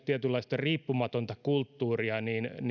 tietynlaista riippumatonta kulttuuria